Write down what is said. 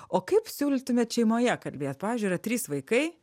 o kaip siūlytumėt šeimoje kalbėt pavyzdžiui yra trys vaikai